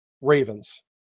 Ravens